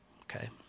okay